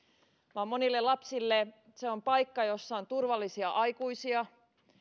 vaan monille lapsille se on paikka jossa on turvallisia aikuisia